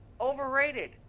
Overrated